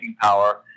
power